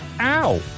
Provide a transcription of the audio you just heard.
Ow